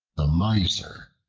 the miser